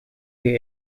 you